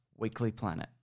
weeklyplanet